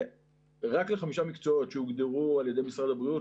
רק לחמישה מקצועות שהוגדרו על ידי משרד הבריאות,